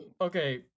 okay